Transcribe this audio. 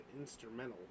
instrumental